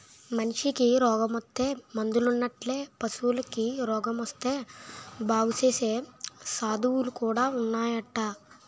మనిసికి రోగమొత్తే మందులున్నట్లే పశువులకి రోగమొత్తే బాగుసేసే సదువులు కూడా ఉన్నాయటరా